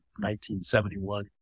1971